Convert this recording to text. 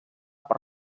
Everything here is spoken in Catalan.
per